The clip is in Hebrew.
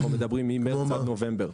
אנחנו מדברים על ממרץ עד נובמבר.